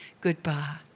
Goodbye